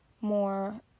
more